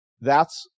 thats